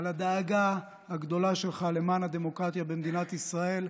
על הדאגה הגדולה שלך למען הדמוקרטיה במדינת ישראל.